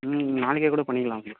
ம் நாளைக்கே கூட பண்ணிக்கலாம் சார்